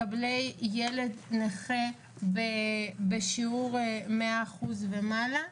מקבלי ילד נכה בשיעור 100% ומעלה.